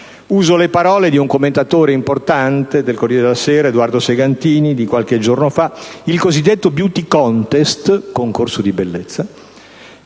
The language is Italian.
Uso le parole di un commentatore importante del «Corriere della sera», Edoardo Segantini, di qualche giorno fa: «Il cosiddetto *beauty contest* (concorso di bellezza)